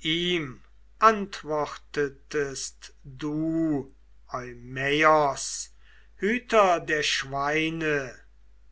ihm antwortetest du eumaios hüter der schweine